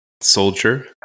soldier